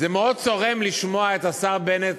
מאוד צורם לשמוע את השר בנט,